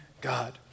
God